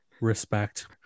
respect